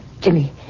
Jimmy